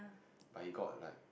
but he got like